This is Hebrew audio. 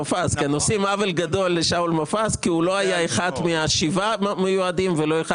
עושים עוול גדול לשאול מופז כי הוא לא היה אחד מהשבעה המיועדים ולא אחד